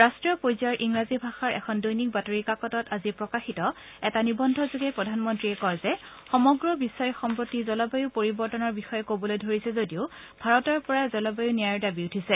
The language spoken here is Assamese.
ৰাষ্ট্ৰীয় পৰ্যায়ৰ ইংৰাজী ভাষাৰ এখন দৈনিক বাতৰি কাকতত আজি প্ৰকাশিত এটা নিৰন্ধযোগে প্ৰধানমন্ৰীয়ে কয় যে সমগ্ৰ বিশ্বই সম্প্ৰতি জলবায়ু পৰিৱৰ্তনৰ বিষয়ে কবলৈ ধৰিছে যদিও ভাৰতৰ পৰাই জলবায়ু ন্যায়ায়ৰ দাবী উঠিছে